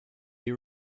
you